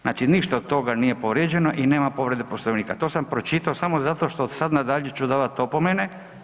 Znači ništa od toga nije povrijeđeno i nema povrijeđeno Poslovnika, to sam pročitao samo zato što od sad nadalje ću davati opomene.